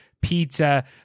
pizza